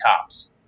cops